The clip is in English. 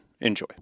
Enjoy